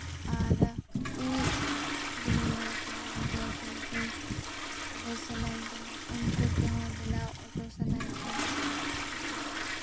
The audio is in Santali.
ᱟᱨ ᱤᱧᱤᱧᱡ ᱦᱩᱰᱤᱧ ᱵᱚᱭᱦᱟ ᱠᱚᱦᱚ ᱤᱧᱜᱮ ᱯᱮᱱᱴᱤᱝ ᱞᱟᱹᱭ ᱥᱟᱱᱟᱧ ᱠᱟᱱᱟ ᱩᱱᱠᱩ ᱜᱮ ᱦᱚᱸ ᱵᱮᱱᱟᱣ ᱦᱚᱪᱚ ᱥᱟᱱᱟᱧ ᱠᱟᱱᱟ ᱟᱨ